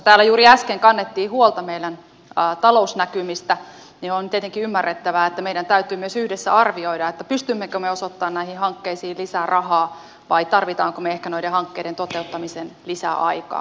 täällä juuri äsken kannettiin huolta meidän talousnäkymistämme ja on tietenkin ymmärrettävää että meidän täytyy myös yhdessä arvioida pystymmekö me osoittamaan näihin hankkeisiin lisää rahaa vai tarvitsemmeko me ehkä noiden hankkeiden toteuttamiseen lisää aikaa